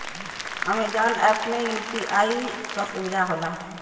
Amazon app में UPI क सुविधा होला